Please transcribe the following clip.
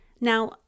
Now